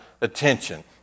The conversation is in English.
attention